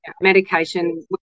Medication